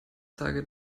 sage